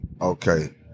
okay